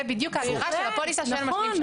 זו בדיוק האמירה של הפוליסה של משלים שב"ן,